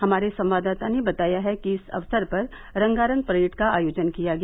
हमारे संवाददाता ने बताया है कि इस अक्सर पर रंगारंग परेड़ का आयोजन किया गया